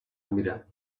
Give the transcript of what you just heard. میرم